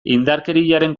indarkeriaren